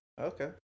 Okay